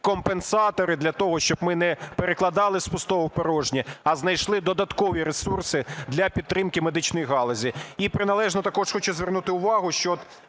компенсатори для того, щоб ми не перекладали з пустого в порожнє, а знайшли додаткові ресурси для підтримки медичних галузей. І приналежно також хочу звернути увагу, що